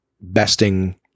besting